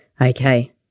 okay